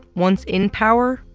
once in power,